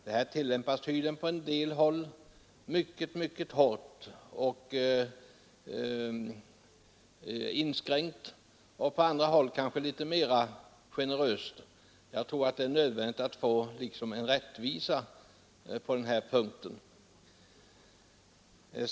Reglerna tillämpas på en del håll mycket hårt och inskränkt och på andra håll kanske litet mera generöst. Jag tror att det är nödvändigt att få till stånd rättvisa på denna punkt.